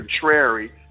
contrary